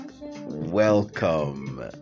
Welcome